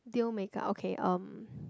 deal maker okay um